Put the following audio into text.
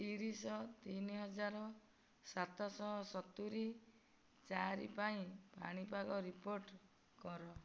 ତିରିଶ ତିନି ହଜାର ସାତ ଶହ ସତୁରି ଚାରି ପାଇଁ ପାଣିପାଗ ରିପୋର୍ଟ କର